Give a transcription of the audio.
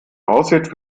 aussieht